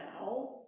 now